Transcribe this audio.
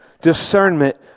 discernment